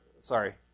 Sorry